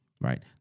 right